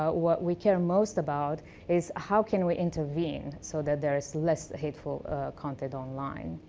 ah what we care most about is how can we intervene so that there is less hateful content online?